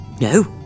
No